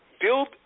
build